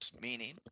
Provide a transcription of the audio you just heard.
meaning